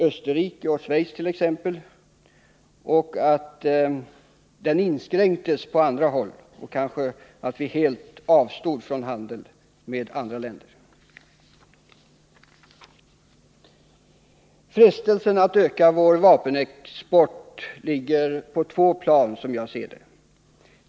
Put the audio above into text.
Österrike och Schweiz — och inskränkte handeln på annat håll, kanske helt avstod från handel med vissa länder. Frestelsen att öka vår vapenexport ligger som jag ser det på två plan.